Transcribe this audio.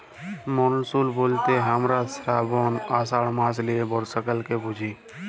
monsoon ব্যলতে হামরা শ্রাবল, আষাঢ় মাস লিয়ে বর্ষাকালকে বুঝি